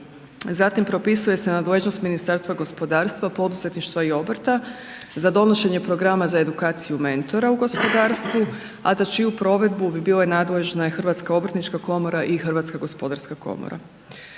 zatim propisuje se nadležnost Ministarstva gospodarstva, poduzetništva i obrta za donošenje programa za edukaciju mentora u gospodarstvu, a za čiju provedbu bi bile nadležne Hrvatska obrtnička komora i Hrvatska gospodarska komora.